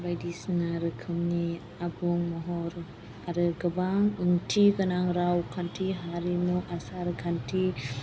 बायदिसिना रोखोमनि आबुं महर आरो गोबां ओंथिगोनां राव खान्थि हारिमु आसार खान्थि